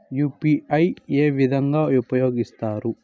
UPI ఏ విధంగా ఉపయోగిస్తారు?